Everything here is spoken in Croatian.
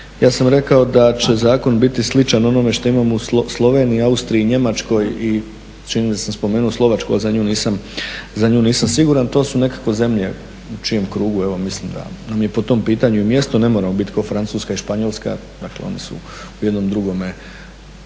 ja sam rekao da će zakon biti sličan onome što imamo u Sloveniji, Austriji i Njemačkoj i čini mi se da sam spomenuo Slovačku, ali za nju nisam siguran. To su nekako zemlje u čijem krugu evo mislim da nam je po tom pitanju i mjesto. Ne moramo biti kao Francuska i Španjolska, dakle oni su u jednom drugome